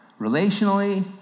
relationally